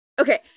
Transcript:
Okay